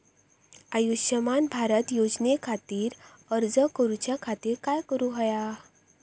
आयुष्यमान भारत योजने खातिर अर्ज करूच्या खातिर काय करुक होया?